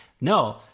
no